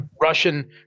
Russian